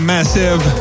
Massive